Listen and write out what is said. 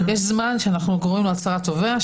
יש זמן שאנחנו קוראים לו הצהרת תובע,